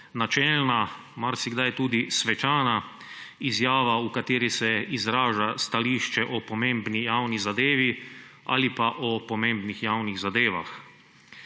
načelna, marsikdaj tudi svečana izjava, v kateri se izraža stališče o pomembni javni zadevi ali pa o pomembnih javnih zadevah.